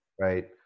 Right